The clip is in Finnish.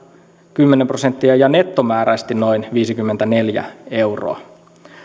kymmenen prosenttia ja nettomääräisesti noin viisikymmentäneljä euroa